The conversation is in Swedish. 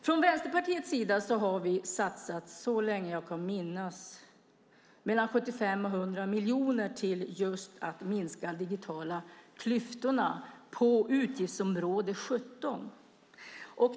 Från Vänsterpartiets sida har vi så länge jag kan minnas satsat mellan 75 och 100 miljoner inom utgiftsområde 17 på att minska de digitala klyftorna.